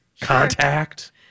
Contact